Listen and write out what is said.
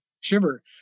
shiver